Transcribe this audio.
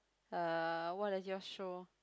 uh what does yours show